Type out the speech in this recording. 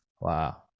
Wow